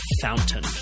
fountain